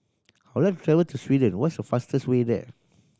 would like to travel to Sweden what's the fastest way there